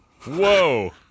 Whoa